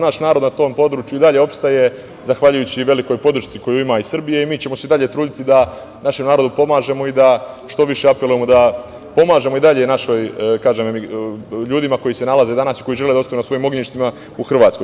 Naš narod na tom području i dalje opstaje zahvaljujući velikoj podršci koju ima iz Srbije i mi ćemo se i dalje truditi da našem narodu pomažemo i da što više apelujemo da pomažemo i dalje našim ljudima koji se nalaze danas i koji žele da ostanu na svojim ognjištima u Hrvatskoj.